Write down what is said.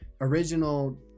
original